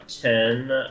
ten